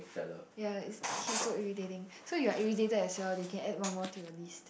ya it's he's so irritating so you're irritated as well they can add one more to your list